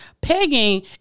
pegging